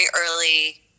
early